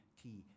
key